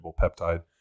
peptide